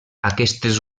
aquestes